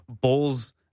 Bulls